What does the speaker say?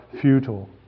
futile